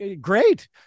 great